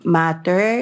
matter